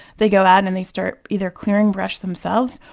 they go out and they start either clearing brush themselves,